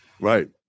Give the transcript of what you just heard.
Right